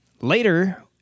later